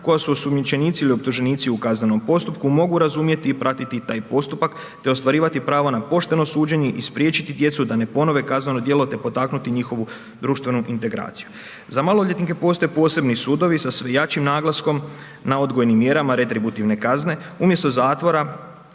koja su osumnjičenici ili optuženici u kaznenom postupku, mogu razumjeti i pratiti taj postupak te ostvarivati prava na pošteno suđenje i spriječiti djecu da ne ponove kazneno djelo te potaknuti njihovu društvenu integraciju. Za maloljetnike postoje posebni sudovi sa jačim naglaskom na odgojnim mjerama, retributivne kazne umjesto zatvora,